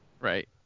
Right